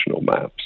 maps